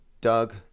Doug